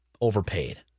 overpaid